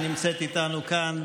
שנמצאת איתנו כאן.